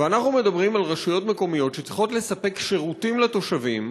ואנחנו מדברים על רשויות מקומיות שצריכות לספק שירותים לתושבים,